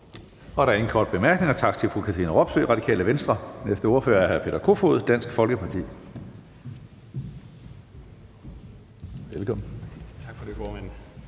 Der er ingen korte bemærkninger. Tak til fru Katrine Robsøe, Radikale Venstre. Den næste ordfører er hr. Peter Kofod, Dansk Folkeparti. Velkommen. Kl.